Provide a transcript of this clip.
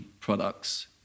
products